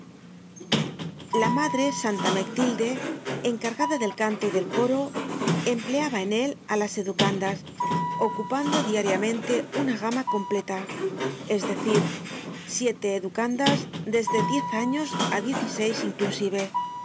la madre santa mectilde encargada del canto y del coro empleaba en él á las educandas ocupando diariamente una gamma completa es decir siete educandas desde diez años á diez y seis inclusive